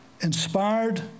inspired